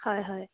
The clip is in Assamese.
হয় হয়